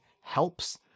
helps